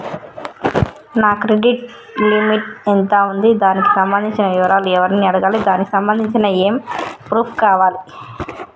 నా credit limit ఎంత ఉంది? దానికి సంబంధించిన వివరాలు ఎవరిని అడగాలి? దానికి సంబంధించిన ఏమేం ప్రూఫ్స్ కావాలి?